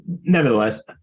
nevertheless